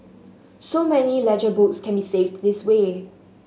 so many ledger books can be saved this way